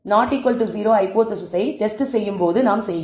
0 ஹைபோதேசிஸை டெஸ்ட் செய்யும்போது நாம் செய்கிறோம்